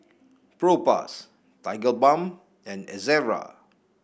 Propass Tigerbalm and Ezerra